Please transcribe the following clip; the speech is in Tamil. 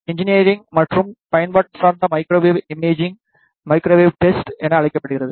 இன்ஜினியரிங் மற்றும் பயன்பாட்டு சார்ந்த மைக்ரோவேவ் இமேஜிங் மைக்ரோவேவ் டெஸ்ட் என அழைக்கப்படுகிறது